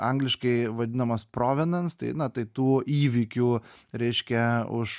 angliškai vadinamas provinans tai na tai tų įvykių reiškia už